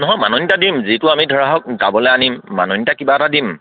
নহয় মাননি এটা দিম যিটো আমি ধৰা হওক যাবলে আনিম মাননি এটা কিবা এটা দিম